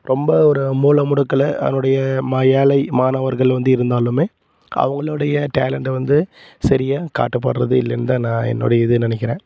ரொம்ப ஒரு மூலை முடுக்கில் அவரோடைய மா ஏழை மாணவர்கள் வந்து இருந்ததாலும் அவங்களோடைய டேலெண்டை வந்து சரியாக காட்டப்படுகிறது இல்லைன்னு தான் நான் என்னோடய இது நினைக்கிறேன்